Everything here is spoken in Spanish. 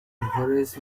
mejores